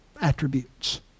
attributes